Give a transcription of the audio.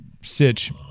sitch